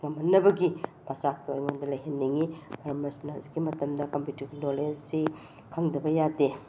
ꯉꯝꯍꯟꯅꯕꯒꯤ ꯃꯆꯥꯛꯇꯣ ꯑꯩꯉꯣꯟꯗ ꯂꯩꯍꯟꯅꯤꯡꯏ ꯃꯔꯝ ꯑꯁꯤꯅ ꯍꯧꯖꯤꯛꯀꯤ ꯃꯇꯝꯗ ꯀꯝꯄ꯭ꯌꯨꯇ꯭ꯔꯒꯤ ꯅꯣꯂꯦꯖꯁꯤ ꯈꯪꯗꯕ ꯌꯥꯗꯦ